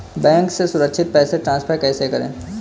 Bank से सुरक्षित पैसे ट्रांसफर कैसे करें?